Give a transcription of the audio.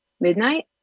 Midnight